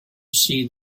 see